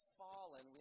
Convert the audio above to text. fallen